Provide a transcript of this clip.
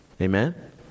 Amen